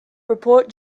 report